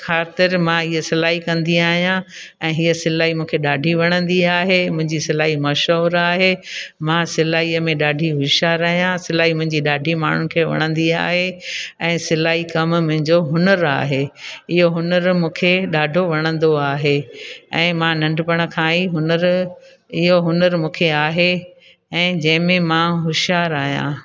ख़ातिरि मां इहा सिलाई कंदी आहियां ऐं हीअं सिलाई मूंखे ॾाढी वणंदी आहे मुंहिंजी सिलाई मशहूर आहे मां सिलाईअ में ॾाढी होशियार आहियां सिलाई मुंहिंजी ॾाढी माण्हुनि खे वणंदी आहे ऐं सिलाई कमु मुंहिंजो हुनरु आहे इहो हुनरु मूंखे ॾाढो वणंदो आहे ऐं मां नंढपण खां ई हुनरु इहो हुनरु मूंखे आहे ऐं जंहिं में मां होशियार आहियां